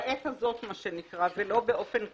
לעת הזאת, מה שנקרא, ולא באופן כללי.